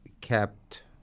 kept